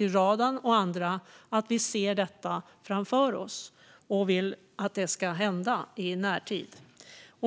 radan och andra, om att vi ser detta framför oss och att vi vill att detta ska ske i närtid.